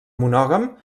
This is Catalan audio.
monògam